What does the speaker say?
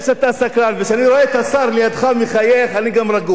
וכשאני רואה את השר לידך מחייך, אני גם רגוע.